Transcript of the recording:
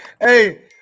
Hey